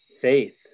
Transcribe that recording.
faith